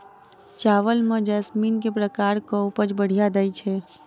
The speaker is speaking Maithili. चावल म जैसमिन केँ प्रकार कऽ उपज बढ़िया दैय छै?